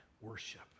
worship